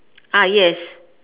ah yes